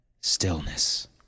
stillness